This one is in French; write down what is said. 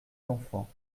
d’enfants